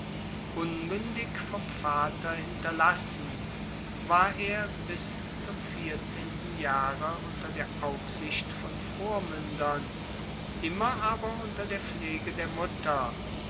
unmündig hinterlassen war er bis zum vierzehnten jahre unter der aufsicht von vormündern immer aber unter der pflege der mutter